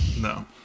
No